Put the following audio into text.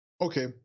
okay